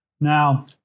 Now